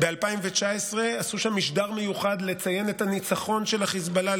ב-2019 עשו שם משדר מיוחד לציין את הניצחון של החיזבאללה,